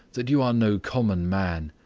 that you are no common man,